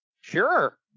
Sure